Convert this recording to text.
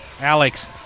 Alex